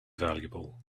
valuable